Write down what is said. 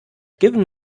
given